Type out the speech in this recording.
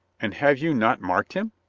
and have you not marked him?